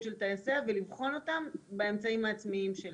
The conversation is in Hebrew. של טייסיה ולבחון אותם באמצעים העצמאיים שלה.